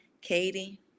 Katie